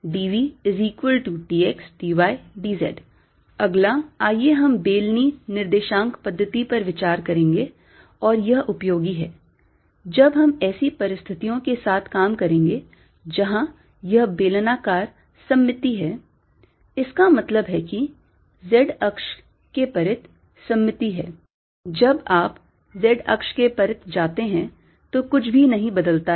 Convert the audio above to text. dVdxdydz अगला आइए हम बेलनी निर्देशांक पद्धति पर विचार करेंगे और यह उपयोगी है जब हम ऐसी परिस्थितियों के साथ काम करेंगे जहां यह बेलनाकार सममिति है इसका मतलब है कि z अक्ष के परितः सममिति है जब आप z अक्ष के परितः जाते हैं तो कुछ भी नहीं बदलता है